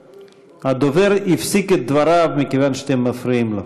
הדובר הפסיק את דבריו מכיוון שאתם מפריעים לו.